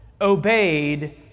obeyed